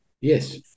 Yes